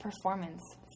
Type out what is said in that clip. performance